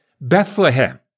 Bethlehem